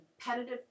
competitive